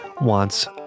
wants